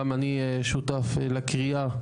גם אני שותף לקריאה,